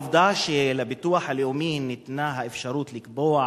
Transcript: העובדה שלביטוח הלאומי ניתנה האפשרות לקבוע